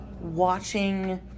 watching